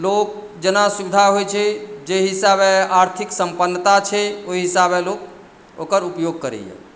लोक जेना सुविधा होइत छै जाहि हिसाबे आर्थिक सम्पन्नता छै ओहि हिसाबे लोक ओकर उपयोग करैए